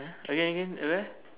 again again at where